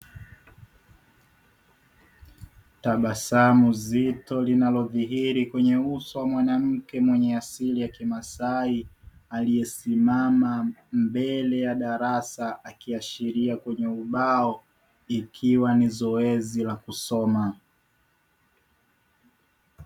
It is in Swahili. Tabasamu zito linalodhihiri kwenye uso wa mwanamke mwenye asili ya kimasai aliyesimama mbele ya darasa akiashiria kwenye ubao ikiwa ni zoezi la kusoma.